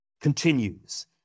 continues